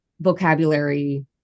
vocabulary